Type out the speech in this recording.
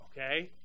Okay